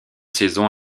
saisons